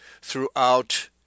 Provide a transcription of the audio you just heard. throughout